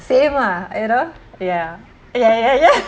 same ah you know ya ya ya ya